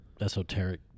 esoteric